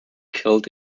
killed